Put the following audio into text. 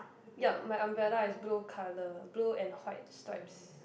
ya my umbrella is blue colour blue and white stripes